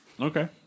Okay